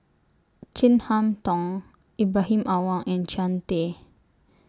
Chin Harn Tong Ibrahim Awang and Jean Tay